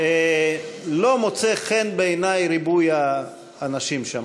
לא מוצא חן בעיני ריבוי האנשים שם,